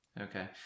Okay